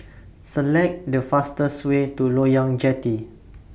Select The fastest Way to Loyang Jetty